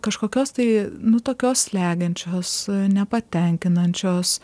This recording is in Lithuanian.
kažkokios tai nu tokios slegiančios nepatenkinančios